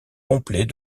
complet